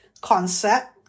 Concept